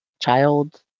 child